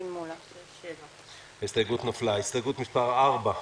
הסתייגות לחלופין 2ב'